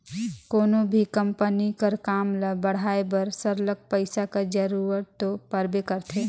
कोनो भी कंपनी कर काम ल बढ़ाए बर सरलग पइसा कर जरूरत दो परबे करथे